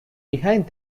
behind